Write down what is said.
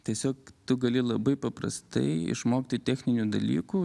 tiesiog tu gali labai paprastai išmokti techninių dalykų